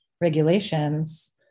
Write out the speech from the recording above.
regulations